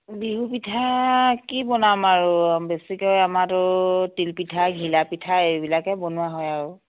বিহু পিঠা কি বনাম আৰু বেছিকৈ আমাৰতো তিলপিঠা ঘিলাপিঠা এইবিলাকেই বনোৱা হয় আৰু